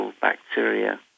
bacteria